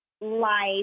life